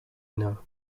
know